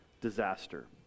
disaster